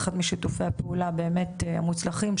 אחד משיתופי הפעולה באמת המוצלחים,